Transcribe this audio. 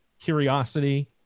curiosity